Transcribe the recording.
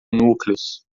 núcleos